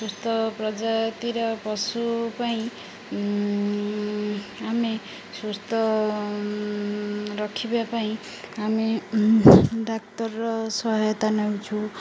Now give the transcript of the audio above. ସୁସ୍ଥ ପ୍ରଜାତିର ପଶୁ ପାଇଁ ଆମେ ସୁସ୍ଥ ରଖିବା ପାଇଁ ଆମେ ଡାକ୍ତରର ସହାୟତା ନେଉଛୁ